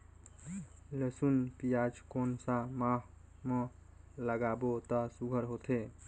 लसुन पियाज कोन सा माह म लागाबो त सुघ्घर होथे?